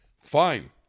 Fine